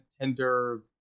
tender